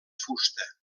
fusta